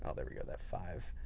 ah there we go. that five.